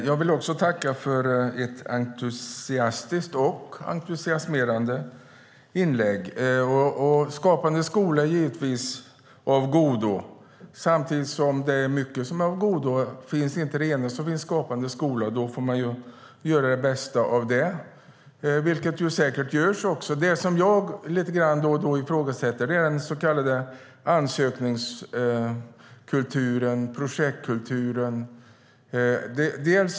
Herr talman! Jag vill tacka för ett entusiastiskt och entusiasmerande inlägg. Skapande skola är givetvis av godo. Samtidigt finns det mycket annat som också är av godo. Finns inte det ena så finns Skapande skola, och då får man göra det bästa av det, vilket säkert också sker. Det jag då och då lite grann ifrågasätter är den så kallade ansökningskulturen, projektkulturen.